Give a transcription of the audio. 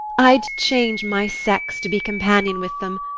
i'd change my sex to be companion with them,